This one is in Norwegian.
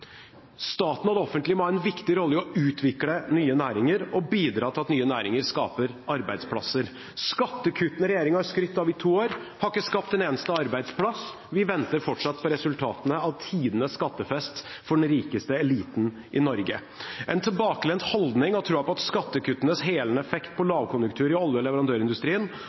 Staten og det offentlige må ha en viktig rolle i å utvikle nye næringer og bidra til at nye næringer skaper arbeidsplasser. Skattekuttene som regjeringen har skrytt av i to år, har ikke skapt en eneste arbeidsplass, vi venter fortsatt på resultatene av tidenes skattefest for den rikeste eliten i Norge. En tilbakelent holdning og trua på skattekuttenes helende effekt på lavkonjunktur i olje- og leverandørindustrien